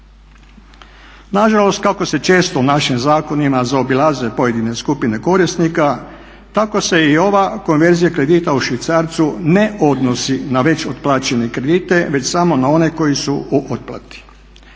Nažalost, kako se često u našim zakonima zaobilaze pojedine skupine korisnika tako se i ova konverzija kredita u švicarcu ne odnosi na već otplaćene kredite već samo na one koji su u otplati.